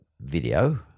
video